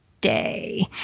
day